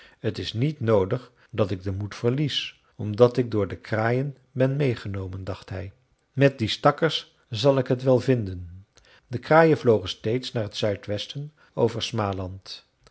t is niet noodig dat ik den moed verlies omdat ik door de kraaien ben meêgenomen dacht hij met die stakkers zal ik t wel vinden de kraaien vlogen steeds naar het zuidwesten over smaland